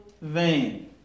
vain